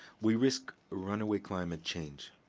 we risk runaway climate change.